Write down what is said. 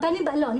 לא,